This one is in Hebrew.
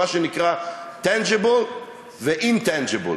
מה שנקרא tangible ו-intangible.